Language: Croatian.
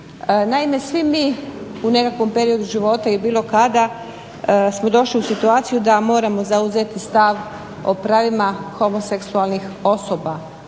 Naime, svi mi u nekakvom periodu života ili bilo kada smo došli u situaciju da moramo zauzeti stav o pravima homoseksualnih osoba.